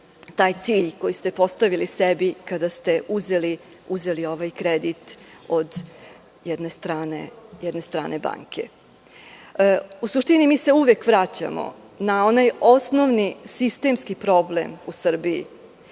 taj cilj koji ste postavili sebi kada ste uzeli ovaj kredit od jedne strane banke?U suštini, mi se uvek vraćamo na onaj osnovni sistemski problem u Srbiji,